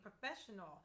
professional